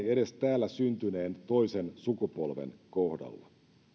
edes täällä syntyneen toisen sukupolven kohdalla